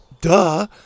duh